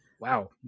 wow